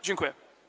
Dziękuję.